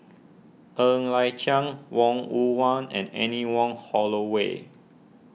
Ng Liang Chiang Wong Yoon Wah and Anne Wong Holloway